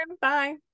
bye